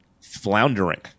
floundering